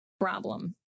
problem